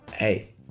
Hey